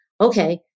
Okay